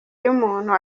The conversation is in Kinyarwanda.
y’umuntu